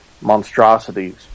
monstrosities